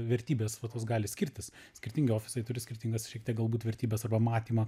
vertybės va tos gali skirtis skirtingi ofisai turi skirtingas šiek tiek galbūt vertybes arba matymą